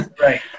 Right